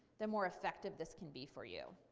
the more effective this can be for you.